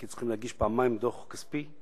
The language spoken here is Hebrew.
כי צריכים להגיש פעמיים דוח כספי,